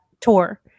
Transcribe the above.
tour